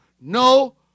no